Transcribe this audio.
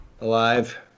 Alive